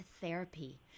therapy